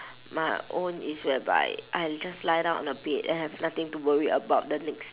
my own is where by I just lie down on the bed and have nothing to worry about the next